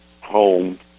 home